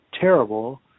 terrible